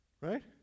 Right